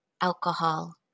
alcohol